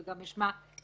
וגם אשמע מיוליה.